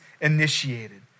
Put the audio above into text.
initiated